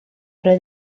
roedd